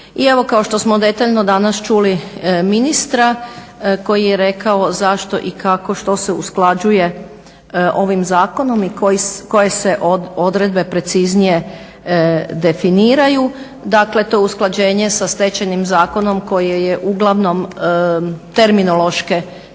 I evo kao što detaljno danas čuli ministra koji je rekao zašto i kako, što se usklađuje ovim zakonom i koje se odredbe preciznije definiraju. Dakle, to je usklađenje sa stečajnim zakonom koje je uglavnom terminološke